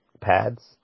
pads